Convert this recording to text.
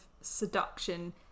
seduction